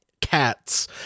cats